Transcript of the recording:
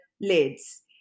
lids